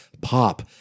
pop